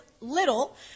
little